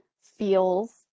feels